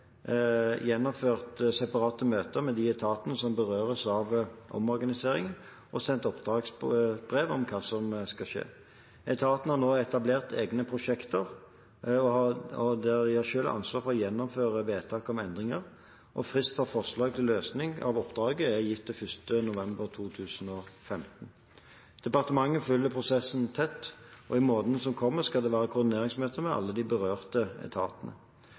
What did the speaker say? gjennomført separate møter med de etatene som berøres av omorganiseringen, og sendt oppdragsbrev om hva som skal skje. Etatene har nå etablert egne prosjekter, og de har selv ansvar for å gjennomføre vedtak om endringer. Fristen for forslag til løsning av oppdraget er 1. november 2015. Departementet følger prosessen tett, og i månedene som kommer, skal det være koordineringsmøter med alle de berørte etatene.